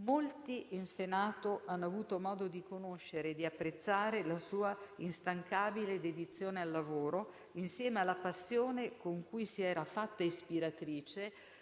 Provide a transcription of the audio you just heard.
Molti in Senato hanno avuto modo di conoscere e di apprezzare la sua instancabile dedizione al lavoro, insieme alla passione con cui si era fatta ispiratrice